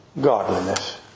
godliness